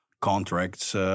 contracts